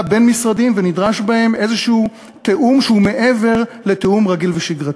בין-משרדי ונדרש בהם איזשהו תיאום שהוא מעבר לתיאום רגיל ושגרתי.